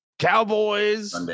Cowboys